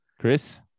Chris